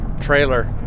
trailer